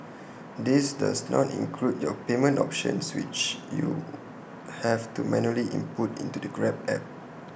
this does not include your payment options which you have to manually input into the grab app